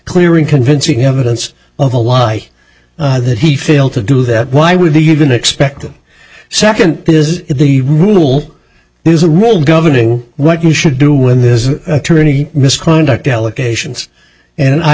clear in convincing evidence of a lie that he failed to do that why would the even expect a second this is the rule there's a rule governing what you should do when this attorney misconduct allegations and i